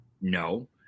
No